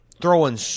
throwing –